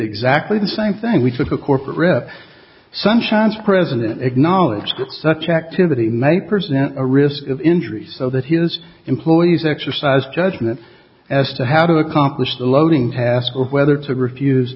exactly the same thing we took a corporate rep sunshines president acknowledged such activity may present a risk of injury so that his employees exercise judgment as to how to accomplish the loading task or whether to refuse